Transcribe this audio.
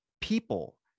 people